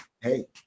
hey